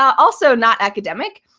also not academic,